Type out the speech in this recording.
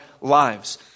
lives